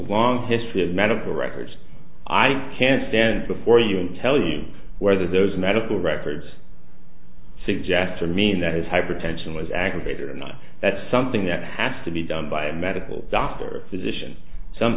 long history of medical records i can't stand before you and tell you whether those medical records suggester mean that his hypertension was aggravated enough that something that has to be done by a medical doctor or physician some